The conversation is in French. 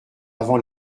avant